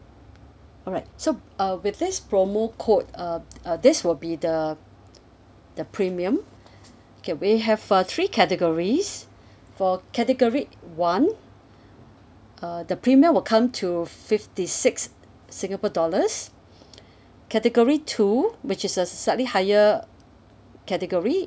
alright so uh with this promo code uh uh this will be the the premium okay we have uh three categories for category one uh the premium will come to fifty six singapore dollars category two which is a slightly higher category